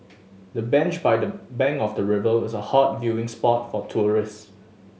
the bench by the bank of the river is a hot viewing spot for tourists